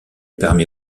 permet